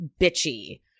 bitchy